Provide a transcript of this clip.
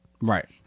right